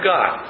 God